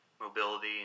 mobility